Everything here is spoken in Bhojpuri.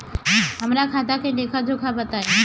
हमरा खाता के लेखा जोखा बताई?